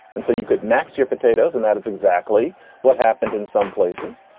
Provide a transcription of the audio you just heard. and so you could max your potatoes. and that is exactly what happened in some places.